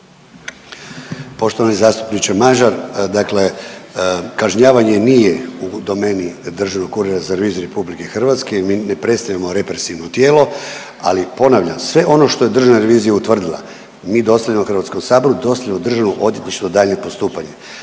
Poštovani zastupniče Mažar, dakle kažnjavanje nije u domeni Državnog ureda za reviziju RH. Mi ne predstavljamo represivno tijelo, ali ponavljam sve ono što je Državna revizija utvrdila mi dostavljamo Hrvatskom saboru, dostavljamo Državnom odvjetništvu na daljnje postupanje.